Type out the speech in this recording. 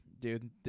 dude